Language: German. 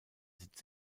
sitz